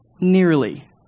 nearly